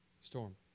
storm